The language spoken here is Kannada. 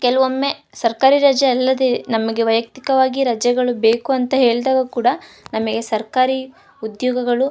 ಕೆಲವೊಮ್ಮೆ ಸರ್ಕಾರಿ ರಜೆ ಅಲ್ಲದೆ ನಮಗೆ ವೈಯಕ್ತಿಕವಾಗಿ ರಜೆಗಳು ಬೇಕು ಅಂತ ಹೇಳಿದಾಗ ಕೂಡ ನಮಗೆ ಸರ್ಕಾರಿ ಉದ್ಯೋಗಗಳು